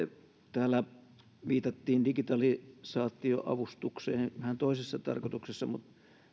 täällä viitattiin digitalisaatioavustukseen vähän toisessa tarkoituksessa mutta